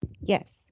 Yes